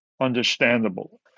understandable